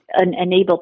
Enable